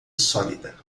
sólida